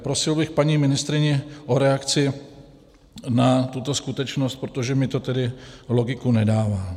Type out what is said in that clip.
Prosil bych paní ministryni o reakci na tuto skutečnost, protože mi to tedy logiku nedává.